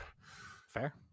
Fair